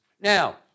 Now